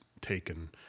taken